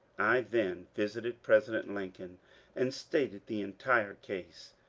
i then visited president lincoln and stated the entire case.